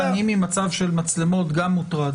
אוסאמה, אני ממצב של מצלמות גם מוטרד.